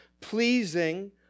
pleasing